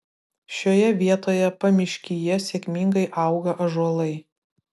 šioje vietoje pamiškyje sėkmingai auga ąžuolai